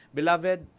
Beloved